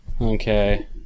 Okay